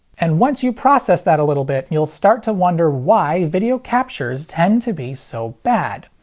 and once you process that a little bit, you'll start to wonder why video captures tend to be so bad.